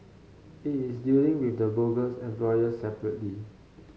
it is dealing with the bogus employers separately